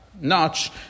notch